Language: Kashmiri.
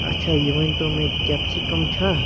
اچھا یہِ ؤنۍ تو مےٚ کیاہ کیپسِکم چھا